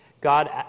God